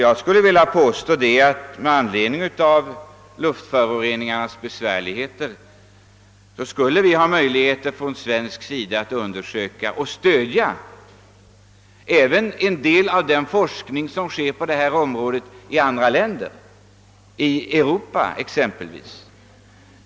Med tanke på luftföroreningarnas svårighetsgrad borde vi ha möjligheter att från svensk sida även stödja en del av den forskning som bedrivs i andra länder i Europa.